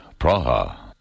Praha